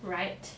right